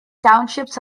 townships